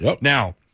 Now